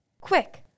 Quick